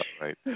Right